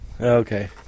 Okay